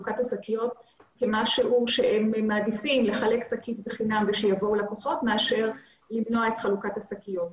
הם מעדיפים לחלק שקית בחינם ושיבואו לקוחות מאשר למנוע את חלוקת השקיות.